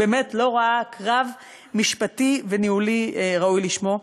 לא ראה קרב משפטי וניהולי ראוי לשמו.